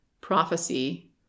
prophecy